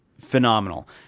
phenomenal